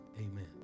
Amen